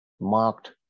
marked